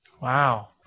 Wow